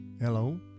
Hello